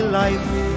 life